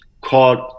called